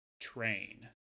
train